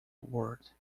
word